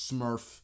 Smurf